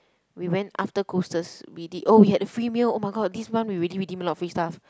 we went after Coasters we did oh we had the free meal oh my god this month we redee~ redeem a lot of free stuff